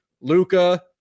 Luca